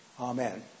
Amen